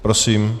Prosím.